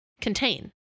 contain